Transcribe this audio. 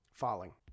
falling